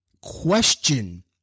question